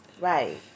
Right